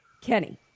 Kenny